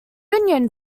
union